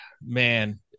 man